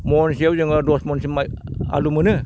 महनसेआव जोङो दस मनसो माइ आलु मोनो